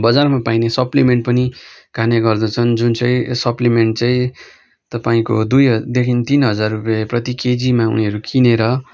बजारमा पाइने सप्लिमेन्ट पनि खाने गर्दछन् जुन चाहिँ सप्लिमेन्ट चाहिँ तपाईँको दुईदेखि तिन हजार रूपियाँ प्रतिकेजीमा उनीहरू किनेर